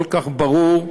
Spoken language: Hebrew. כל כך ברור,